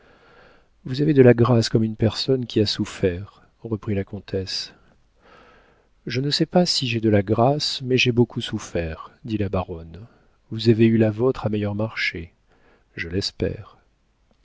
vous avez de la grâce comme une personne qui a souffert reprit la comtesse je ne sais pas si j'ai de la grâce mais j'ai beaucoup souffert dit la baronne vous avez eu la vôtre à meilleur marché je l'espère